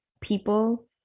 people